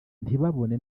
ntibabone